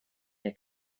der